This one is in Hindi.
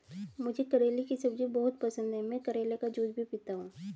मुझे करेले की सब्जी बहुत पसंद है, मैं करेले का जूस भी पीता हूं